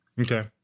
Okay